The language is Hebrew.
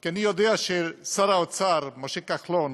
כי אני יודע ששר האוצר משה כחלון